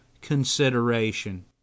consideration